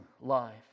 life